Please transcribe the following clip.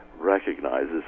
recognizes